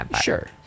Sure